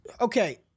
okay